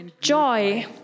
joy